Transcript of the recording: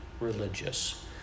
religious